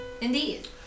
Indeed